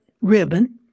ribbon